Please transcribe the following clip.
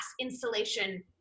installation